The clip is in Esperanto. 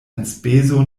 enspezo